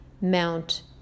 Mount